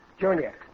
Junior